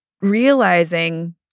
realizing